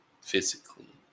physically